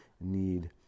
need